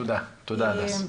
תודה, הדס.